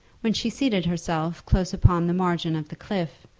when she seated herself close upon the margin of the cliff,